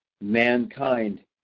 mankind